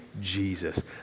jesus